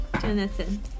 Jonathan